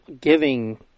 giving